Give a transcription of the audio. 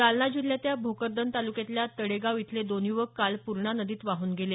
जालना जिल्ह्यातल्या भोकरदन तालुक्यातल्या तडेगाव इथले दोन युवक काल पूर्णा नदीत वाहून गेले